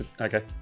Okay